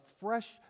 fresh